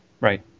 Right